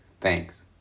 Thanks